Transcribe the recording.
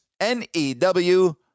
N-E-W